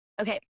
okay